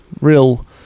Real